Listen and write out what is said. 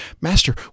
Master